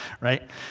right